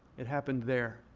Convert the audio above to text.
it happened there.